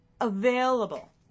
available